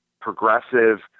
progressive